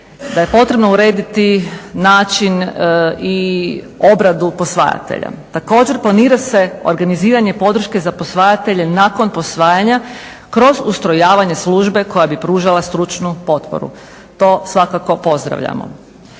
Da je potrebno urediti način i obradu posvajatelja. Također planira se organiziranje podrške za posvajatelje nakon posvajanja kroz ustrojavanje službe koja bi pružala stručnu potporu. To svakako pozdravljamo.